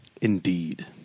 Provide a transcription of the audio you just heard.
Indeed